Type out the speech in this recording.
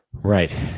Right